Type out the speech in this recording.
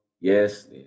Yes